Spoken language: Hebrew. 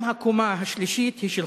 גם הקומה השלישית היא שלך.